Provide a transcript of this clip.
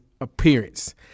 appearance